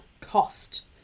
cost